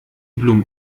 blumen